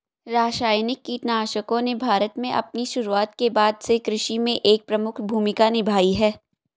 रासायनिक कीटनाशकों ने भारत में अपनी शुरुआत के बाद से कृषि में एक प्रमुख भूमिका निभाई है